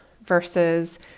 versus